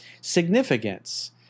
Significance